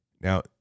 Now